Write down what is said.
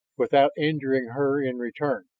without injuring her in return.